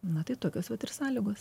na tai tokios vat ir sąlygos